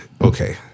okay